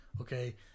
Okay